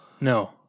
No